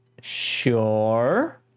sure